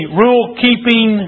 rule-keeping